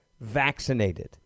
vaccinated